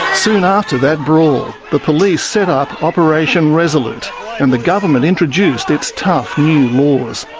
soon after that brawl, the police set up operation resolute and the government introduced its tough new laws.